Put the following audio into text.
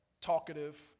talkative